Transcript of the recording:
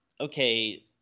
okay